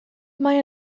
mae